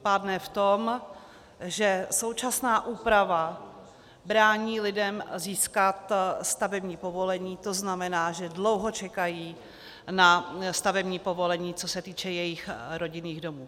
Pádné v tom, že současná úprava brání lidem získat stavební povolení, to znamená, že dlouho čekají na stavební povolení, co se týče jejich rodinných domů.